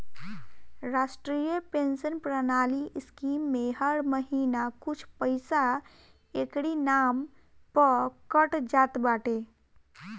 राष्ट्रीय पेंशन प्रणाली स्कीम में हर महिना कुछ पईसा एकरी नाम पअ कट जात बाटे